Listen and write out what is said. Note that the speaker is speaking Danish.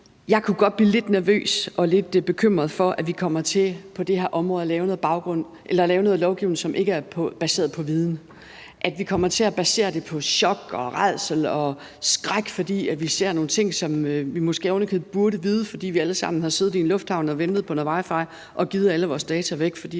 Jeg kunne godt blive lidt nervøs og lidt bekymret for, at vi på det her område kommer til at lave noget lovgivning, som ikke er baseret på viden, men at vi kommer til at basere det på chok, rædsel og skræk, fordi vi ser nogle ting, som vi måske ovenikøbet burde vide, fordi vi alle sammen har siddet i en lufthavn og har ventet på noget wi-fi og givet alle vores data væk, fordi der gik